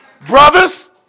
Brothers